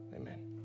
Amen